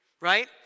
right